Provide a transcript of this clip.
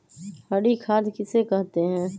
हरी खाद किसे कहते हैं?